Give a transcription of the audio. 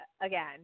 again